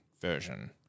version